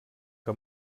que